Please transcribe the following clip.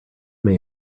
may